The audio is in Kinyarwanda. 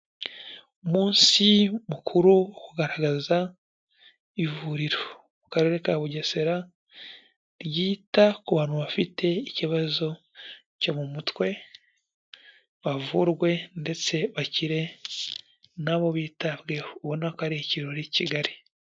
Umunsi mukuru wo kugaragaza ivuriro mu karere ka Bugesera, ryita ku bantu bafite ikibazo cyo mu mutwe. Bavurwe ndetse bakire nabo bitabweho, ubona ko ari ikirori kigali.